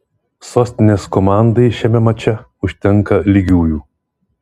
sostinės komandai šiame mače užtenka lygiųjų